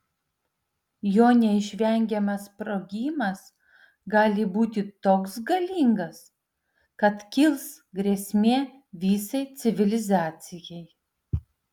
jo neišvengiamas sprogimas gali būti toks galingas kad kils grėsmė visai civilizacijai